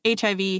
HIV